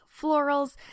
florals